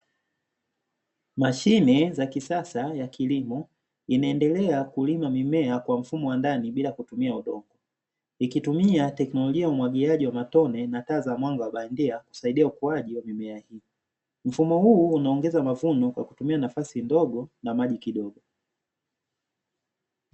Mashine za kisasa ya kilimo inaendelea kulima mimea kwa mfumo wa ndani bila kutumia udongo, ikitumia teknolojia ya umwagiliaji wa matone na taa za mwanga wa bandia kusaidia ukuaji mfumo huu unaongeza mavuno nafasi kidogo na maji kidogo.